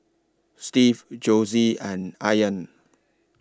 Steve Josie and Ayaan